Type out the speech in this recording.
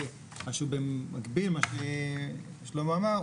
זה במקביל למה ששלמה אמר,